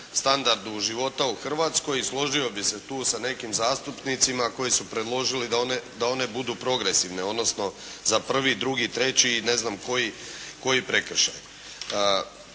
standardu života u Hrvatskoj i složio bih se tu sa nekim zastupnicima koji su predložili da one budu progresivne, odnosno za prvi, drugi, treći i ne znam koji prekršaj.